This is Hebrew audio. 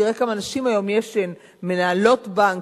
תראה כמה נשים יש היום שמנהלות בנקים,